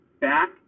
back